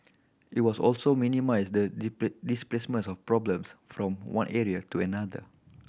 it will also minimise the displacement of problems from one area to another